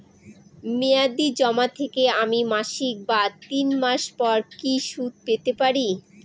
মেয়াদী জমা থেকে আমি মাসিক বা তিন মাস পর কি সুদ পেতে পারি?